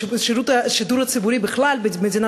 שנמצאת במצב